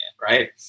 Right